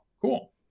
cool